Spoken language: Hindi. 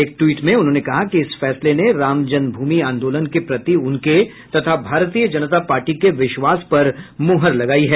एक ट्वीट में उन्होंने कहा कि इस फैसले ने रामजन्म भूमि आंदोलन के प्रति उनके तथा भारतीय जनता पार्टी के विश्वास पर मोहर लगाई है